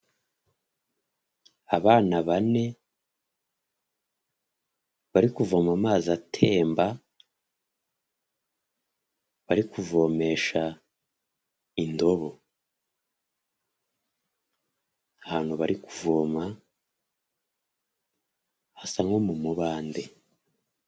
Abana bane bari kuvoma amazi atemba, bari kuvomesha indobo, ahantu bari kuvoma hasa nko mu mubande.